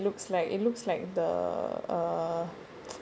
!wow! fancy you oh you know what it looks like it looks like the uh